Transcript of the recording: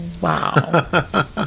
Wow